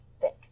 thick